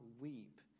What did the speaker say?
weep